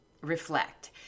reflect